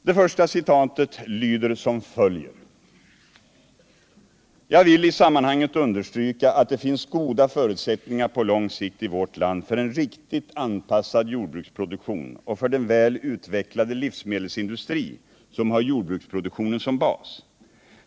Det första citatet lyder som följer: ”Jag vill i sammanhanget understryka att det finns goda förutsättningar på lång sikt i vårt land för en riktigt anpassad jordbruksproduktion och för den väl utvecklade livs Nr 54 medelsindustri som har jordbruksproduktionen som bas.